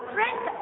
Friends